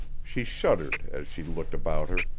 she shuddered as she looked about her,